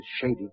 shady